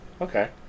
Okay